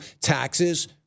taxes